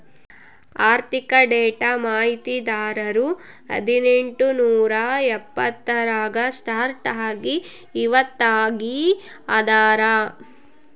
ಆರ್ಥಿಕ ಡೇಟಾ ಮಾಹಿತಿದಾರರು ಹದಿನೆಂಟು ನೂರಾ ಎಪ್ಪತ್ತರಾಗ ಸ್ಟಾರ್ಟ್ ಆಗಿ ಇವತ್ತಗೀ ಅದಾರ